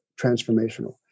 transformational